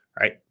right